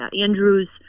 Andrew's